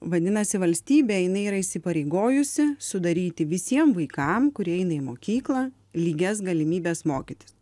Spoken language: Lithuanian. vadinasi valstybė jinai yra įsipareigojusi sudaryti visiem vaikam kurie eina į mokyklą lygias galimybes mokytis